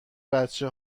بچه